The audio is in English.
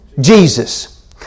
Jesus